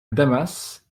damas